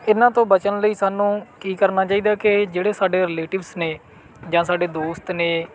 ਇਨ੍ਹਾਂ ਤੋਂ ਬਚਣ ਲਈ ਸਾਨੂੰ ਕੀ ਕਰਨਾ ਚਾਹੀਦਾ ਹੈ ਕਿ ਜਿਹੜੇ ਸਾਡੇ ਰਿਲੇਟਿਵਸ ਨੇ ਜਾਂ ਸਾਡੇ ਦੋਸਤ ਨੇ